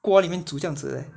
锅里面煮这样子的 leh